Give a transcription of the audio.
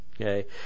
Okay